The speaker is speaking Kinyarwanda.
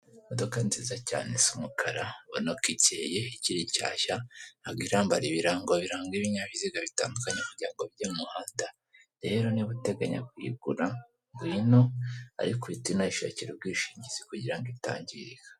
Imodoka nziza cyane isa umukara, ubonako ikeye ikiri nshyashya, ntabwo irambara ibirango biranga ibinyabiziga bitandukanye kugirango bijye mu muhanda, rero niba uteganya kuyigura ngwino ariko uhite unayishakira ubwishingizi kugirango itangirika.